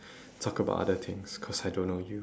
talk about other things cause I don't know you